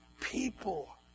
people